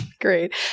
great